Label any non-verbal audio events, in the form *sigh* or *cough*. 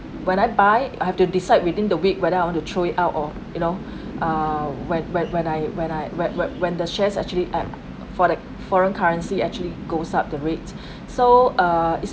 when I buy I have to decide within the week whether I want to throw it out or you know *breath* uh when when when I when I when when when the shares actually ac~ for the foreign currency actually goes up the rates *breath* so uh